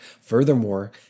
Furthermore